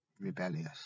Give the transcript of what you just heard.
rebellious